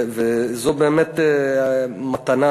וזו באמת מתנה,